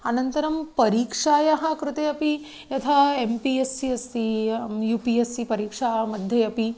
अनन्तरं परीक्षायाः कृते अपि यथा एम् पि एस् सी अस्ति यु पि एस् सी परीक्षा मध्ये अपि